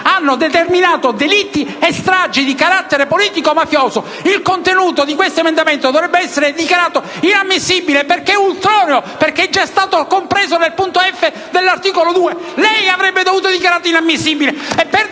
hanno determinato delitti e stragi di carattere politico-mafioso». Il contenuto di questo emendamento dovrebbe essere dichiarato inammissibile, perché è ultroneo, è già compreso nella lettera *f)* dell'articolo 1! Lei, Presidente, avrebbe dovuto dichiararlo inammissibile,